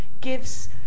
gives